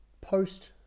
post